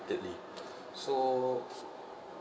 so